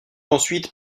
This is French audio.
ensuite